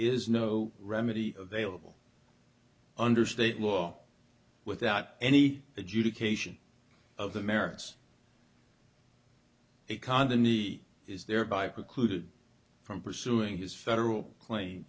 is no remedy available under state law without any adjudication of the merits economy is thereby precluded from pursuing his federal claim